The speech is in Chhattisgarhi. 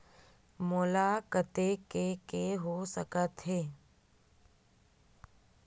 मोला कतेक के के हो सकत हे?